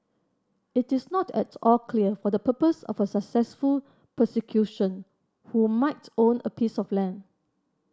it is not at all clear for the purpose of a successful prosecution who might own a piece of land